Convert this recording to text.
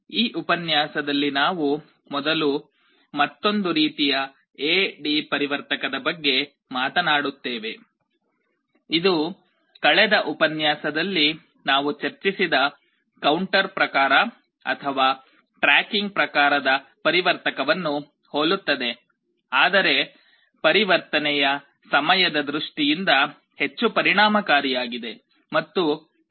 ಈ ಉಪನ್ಯಾಸದಲ್ಲಿ ನಾವು ಮೊದಲು ಮತ್ತೊಂದು ರೀತಿಯ ಎ ಡಿ ಪರಿವರ್ತಕದ ಬಗ್ಗೆ ಮಾತನಾಡುತ್ತೇವೆ ಇದು ಕಳೆದ ಉಪನ್ಯಾಸದಲ್ಲಿ ನಾವು ಚರ್ಚಿಸಿದ ಕೌಂಟರ್ ಪ್ರಕಾರ ಅಥವಾ ಟ್ರ್ಯಾಕಿಂಗ್ ಪ್ರಕಾರದ ಪರಿವರ್ತಕವನ್ನು ಹೋಲುತ್ತದೆ ಆದರೆ ಪರಿವರ್ತನೆಯ ಸಮಯದ ದೃಷ್ಟಿಯಿಂದ ಹೆಚ್ಚು ಪರಿಣಾಮಕಾರಿಯಾಗಿದೆ